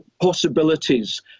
possibilities